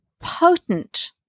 potent